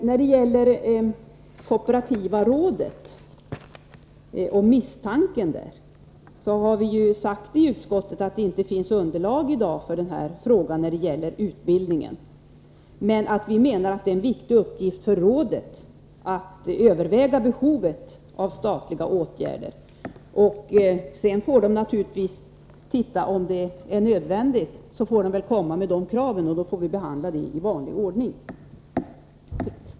När det gäller kooperativa rådet och misstanken har vi i utskottet sagt att det i dag inte finns underlag för att bedöma behovet av statligt stöd till utbildningsverksamheten. Men vi anser att det är en viktig uppgift för rådet att överväga behovet av statliga åtgärder. Om rådet finner det nödvändigt att framställa krav, får vi behandla dem i vanlig ordning.